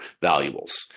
valuables